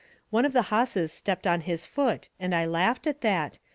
one of the hosses stepped on his foot and i laughed at that,